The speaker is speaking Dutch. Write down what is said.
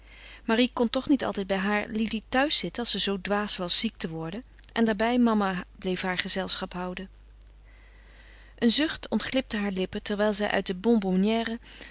marie kon toch niet altijd bij haar lili thuis zitten als ze zoo dwaas was ziek te worden en daarbij mama bleef haar gezelschap houden een zucht ontglipte haar lippen terwijl zij uit den bon bonnière